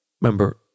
remember